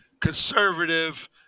conservative